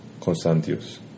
Constantius